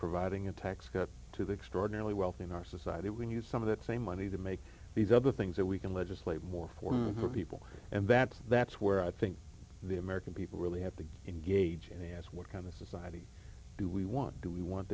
providing a tax cut to the extraordinarily wealthy in our society we need some of that same money to make these other things that we can legislate more for for people and that's that's where i think the american people really have to engage and what kind of society do we want do we want